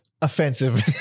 offensive